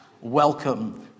Welcome